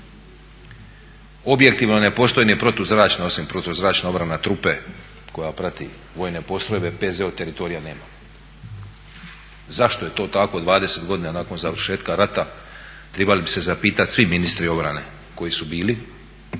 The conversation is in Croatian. objektivno ne postoji ni protuzračna osim protuzračna obrana trupe koja prati vojne postrojbe, PZ od teritorija nemamo. Zašto je to tako od 20 godina nakon završetka rata, trebali bi se svi zapitati svi ministri obrane koji su bili